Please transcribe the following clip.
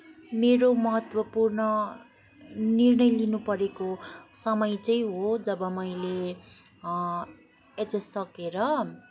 मेरो महत्तवपूर्ण निर्णय लिनु परेको समय चाहिँ हो जब मैले एचएस सकेर